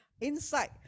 inside